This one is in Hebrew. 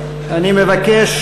אני מבקש